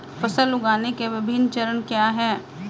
फसल उगाने के विभिन्न चरण क्या हैं?